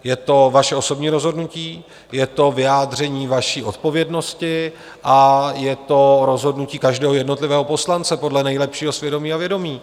Je to vaše osobní rozhodnutí, je to vyjádření vaší odpovědnosti a je to rozhodnutí každého jednotlivého poslance podle nejlepšího svědomí a vědomí.